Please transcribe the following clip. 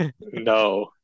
No